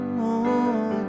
more